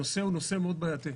הנושא הוא נושא מאוד בעייתי.